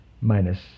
minus